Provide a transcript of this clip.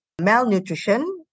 malnutrition